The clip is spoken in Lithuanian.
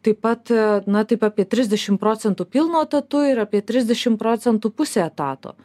taip pat na taip apie trisdešimt procentų pilnu etatu ir apie trisdešimt procentų pusę etato